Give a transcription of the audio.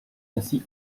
ainsi